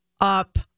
up